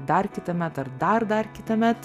dar kitąmet ar dar dar kitąmet